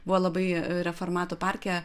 buvo labai reformatų parke